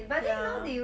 ya